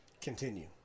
Continue